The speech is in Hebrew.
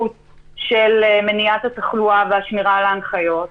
של מניעת התחלואה והשמירה על ההנחיות,